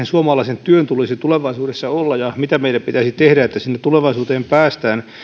suomalaisen työn tulisi tulevaisuudessa olla ja mitä meidän pitäisi tehdä että sinne tulevaisuuteen päästään